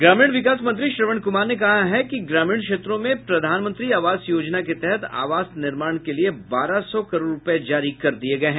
ग्रामीण विकास मंत्री श्रवण कुमार ने कहा है कि ग्रामीण क्षेत्रों में प्रधानमंत्री आवास योजना के तहत आवास निर्माण के लिए बारह सौ करोड़ रूपये जारी किये गये हैं